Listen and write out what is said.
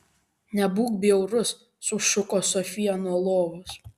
nebūk bjaurus sušuko sofija nuo lovos